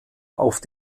auf